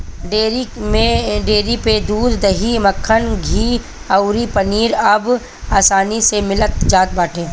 dairy पे दूध, दही, मक्खन, घीव अउरी पनीर अब आसानी में मिल जात बाटे